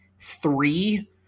three